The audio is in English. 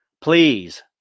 please